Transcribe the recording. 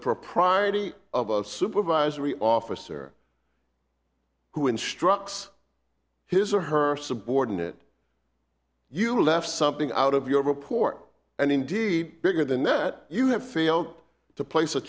propriety of a supervisory officer who instructs his or her subordinate you left something out of your report and indeed bigger than that you have failed to place